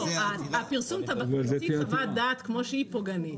תמצית חוות הדעת כפי שהיא, פוגענית.